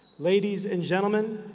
ladies and gentlemen,